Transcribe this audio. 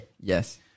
Yes